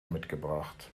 mitgebracht